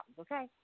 okay